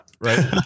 right